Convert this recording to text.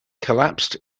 collapsed